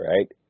Right